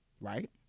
right